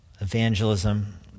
Evangelism